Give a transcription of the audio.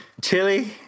Chili